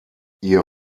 ihr